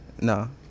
No